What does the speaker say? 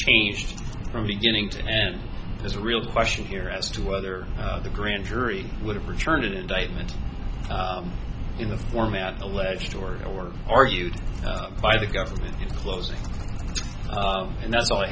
changed from beginning to end is a real question here as to whether the grand jury would have returned an indictment in the format alleged or or argued by the government in closing and that's all